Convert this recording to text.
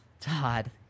Todd